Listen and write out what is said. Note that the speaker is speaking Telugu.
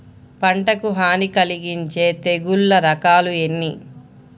పంటకు హాని కలిగించే తెగుళ్ల రకాలు ఎన్ని?